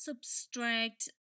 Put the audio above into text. subtract